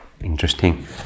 Interesting